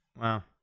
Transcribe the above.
wow